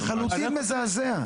לחלוטין מזעזע.